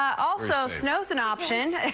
also, snow is an option.